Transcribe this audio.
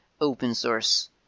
open-source